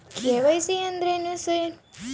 KYC ಅಂದ್ರೇನು sir?